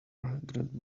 grand